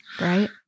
Right